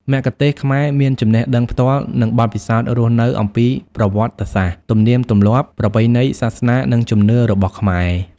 មគ្គុទ្ទេសក៍ខ្មែរមាន ចំណេះដឹងផ្ទាល់ និងបទពិសោធន៍រស់នៅ អំពីប្រវត្តិសាស្ត្រ ទំនៀមទម្លាប់ ប្រពៃណី សាសនា និងជំនឿរបស់ខ្មែរ។